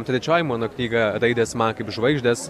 trečioji mano knyga raidės man kaip žvaigždės